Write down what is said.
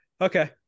Okay